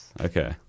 Okay